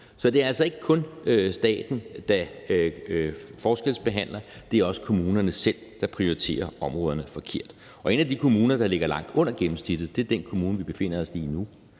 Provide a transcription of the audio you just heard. Så det er altså ikke kun staten, der forskelsbehandler, det er også kommunerne selv, der prioriterer områderne forkert. Og en af de kommuner, der ligger langt under gennemsnittet, er den kommune, vi befinder os i nu,